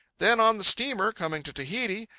then, on the steamer coming to tahiti,